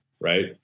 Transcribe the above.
right